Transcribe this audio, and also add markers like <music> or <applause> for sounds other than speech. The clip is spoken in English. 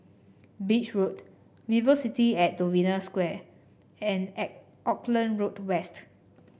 Beach Road Velocity at the Novena Square and <unintelligible> Auckland Road West